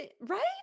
Right